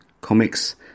comics